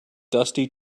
dusty